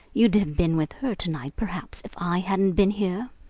you'd have been with her to-night, perhaps, if i hadn't been here?